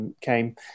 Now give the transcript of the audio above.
came